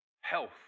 Health